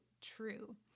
true